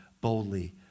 boldly